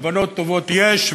כוונות טובות יש,